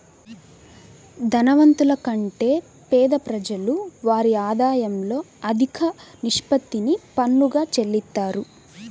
ధనవంతుల కంటే పేద ప్రజలు వారి ఆదాయంలో అధిక నిష్పత్తిని పన్నుగా చెల్లిత్తారు